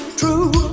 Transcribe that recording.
true